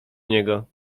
niego